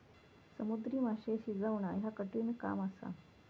समुद्री माशे शिजवणा ह्या कठिण काम असा